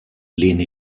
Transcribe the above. lehne